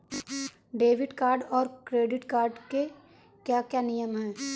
Debit card और credit card के क्या क्या नियम हैं?